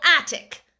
attic